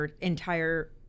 entire